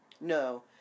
No